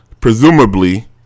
presumably